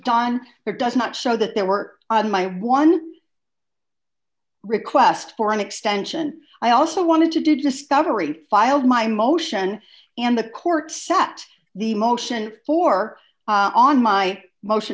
done there does not show that they worked on my one request for an extension i also wanted to do discovery filed my motion and the court set the motion for on my motion